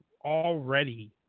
already